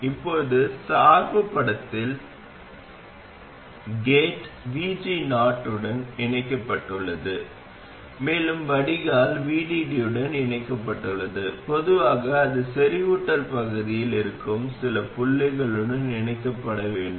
இப்போது சார்பு படத்தில் கேட் VG0 உடன் இணைக்கப்பட்டுள்ளது மேலும் வடிகால் VDD உடன் இணைக்கப்பட்டுள்ளது பொதுவாக அது செறிவூட்டல் பகுதியில் இருக்கும் சில புள்ளிகளுடன் இணைக்கப்பட வேண்டும்